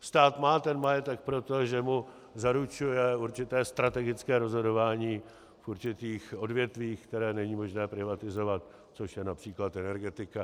Stát má majetek proto, že mu zaručuje určité strategické rozhodování v určitých odvětvích, která není možné privatizovat, což je například energetika.